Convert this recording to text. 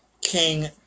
King